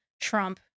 Trump